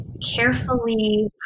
carefully